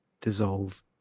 dissolve